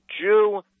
Jew